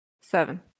Seven